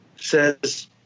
says